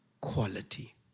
quality